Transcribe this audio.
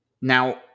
Now